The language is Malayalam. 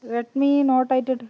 റെഡ്മി നോട്ട് എയ്റ്റ് എട്